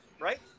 right